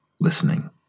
listening